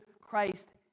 Christ